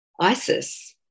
ISIS